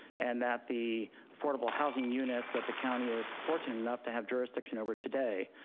and that the affordable housing units that the county is fortunate enough to have jurisdiction over today,